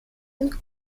and